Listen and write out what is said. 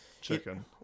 chicken